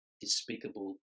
despicable